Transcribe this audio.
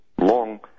long